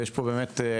יש פה באמת הכרה,